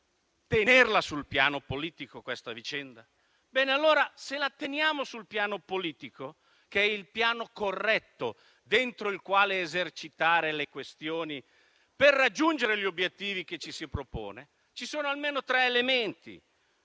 è il piano corretto nel cui perimetro esercitare le questioni per raggiungere gli obiettivi che ci si propone, ci sono almeno tre elementi